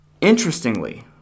Interestingly